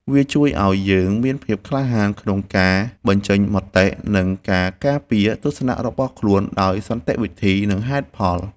វាជួយឱ្យយើងមានភាពក្លាហានក្នុងការបញ្ចេញមតិ និងការការពារទស្សនៈរបស់ខ្លួនដោយសន្តិវិធី និងហេតុផល។